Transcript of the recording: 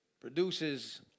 produces